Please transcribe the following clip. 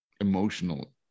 emotional